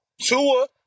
Tua